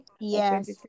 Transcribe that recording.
yes